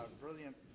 brilliant